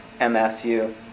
MSU